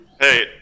Hey